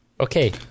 Okay